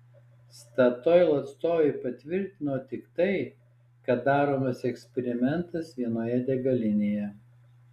statoil atstovai patvirtino tik tai kad daromas eksperimentas vienoje degalinėje